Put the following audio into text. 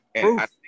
Proof